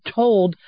told